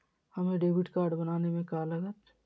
हमें debit card बनाने में का लागत?